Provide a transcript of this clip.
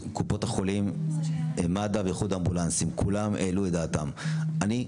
לא אמבולנס רחוב אמבולנס מד"א או